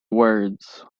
words